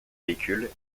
véhicules